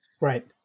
Right